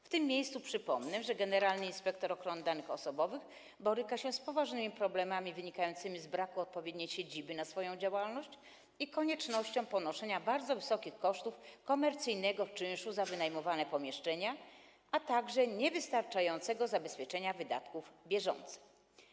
W tym miejscu przypomnę, że generalny inspektor ochrony danych osobowych boryka się z poważnymi problemami wynikającymi z braku odpowiedniej siedziby na swoją działalność i konieczności ponoszenia bardzo wysokich kosztów komercyjnego czynszu za wynajmowane pomieszczenia, a także niewystarczającego zabezpieczenia wydatków bieżących.